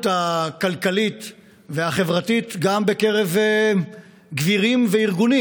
הכלכלית והחברתית גם בקרב גבירים וארגונים.